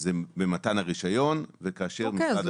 זה ביקורת במתן הרישיון וכאשר קוראים לנו.